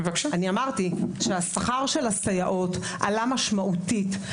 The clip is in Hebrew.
אני אמרתי שהשכר של הסייעות עלה משמעותית.